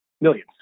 Millions